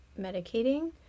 medicating